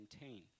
maintain